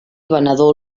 venedor